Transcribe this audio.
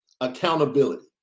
accountability